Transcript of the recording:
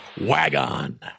WagOn